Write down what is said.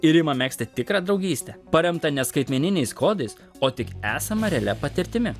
ir ima megzti tikrą draugystę paremtą ne skaitmeniniais kodais o tik esama realia patirtimi